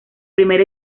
primer